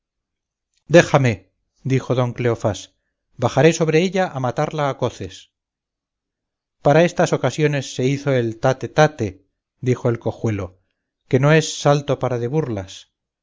amor déjame dijo don cleofás bajaré sobre ella a matarla a coces para estas ocasiones se hizo el tate tate dijo el cojuelo que no es salto para de burlas